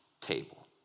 table